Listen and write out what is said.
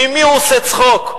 ממי הוא עושה צחוק?